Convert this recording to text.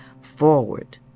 forward